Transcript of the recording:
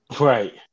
right